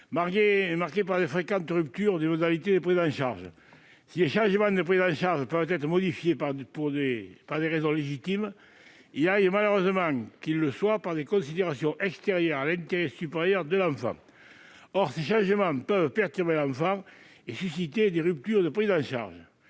marqués par de fréquentes ruptures dans les modalités de prise en charge. Si les changements peuvent être motivés par des raisons légitimes, il arrive malheureusement qu'ils le soient par des considérations extérieures à l'intérêt supérieur de l'enfant. Or ils peuvent perturber l'enfant et susciter des ruptures de prise en charge.